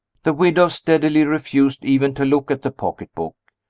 the widow steadily refused even to look at the pocketbook.